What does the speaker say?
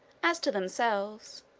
as to themselves,